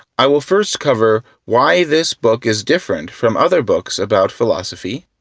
i will first cover why this book is different from other books about philosophy,